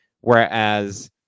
whereas